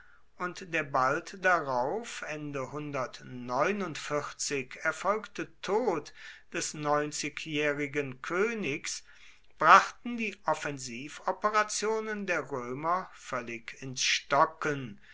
und der bald darauf erfolgte tod des neunzigjährigen königs brachten die offensivoperationen der römer völlig ins stocken